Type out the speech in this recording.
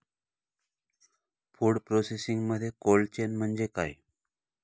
Food प्रोसेसिंगमध्ये cold chain म्हणजे काय?